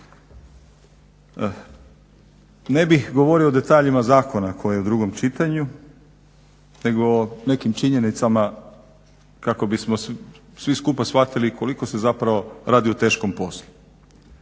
Ne bih govorio o detaljima zakona koji je u drugom čitanju nego o nekim činjenicama kako bismo svi skupa shvatili koliko se zapravo radi o teškom poslu.